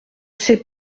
sais